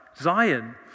Zion